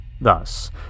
Thus